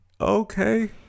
okay